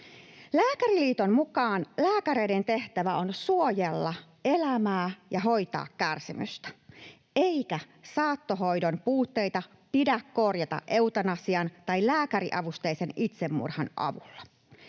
Lääkäriliiton mukaan lääkäreiden tehtävä on suojella elämää ja hoitaa kärsimystä, eikä saattohoidon puutteita pidä korjata eutanasian tai lääkäriavusteisen itsemurhan avulla.